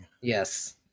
Yes